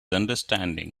understanding